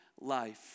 life